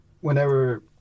whenever